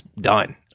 done